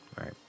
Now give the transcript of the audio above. right